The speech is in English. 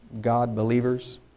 God-believers